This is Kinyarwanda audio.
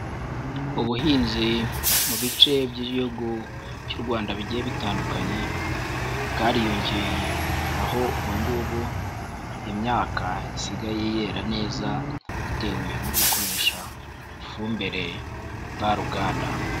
Ubuhinzi mu bice by'Igihugu cy'u Rwanda bigiye bitandukanye, bwariyongeye aho ubu ngubu imyaka isigaye yera neza bitewe no gukoresha ifumbire mvaruganda.